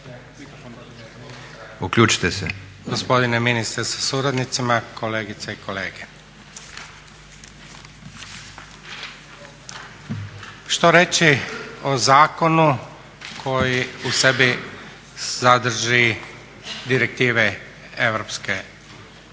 uključen./… gospodine ministre sa suradnicima, kolegice i kolege. Što reći o zakonu koji u sebi sadrži direktive Europske komisije